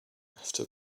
after